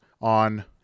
on